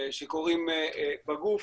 שקורים בגוף.